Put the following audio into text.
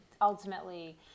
ultimately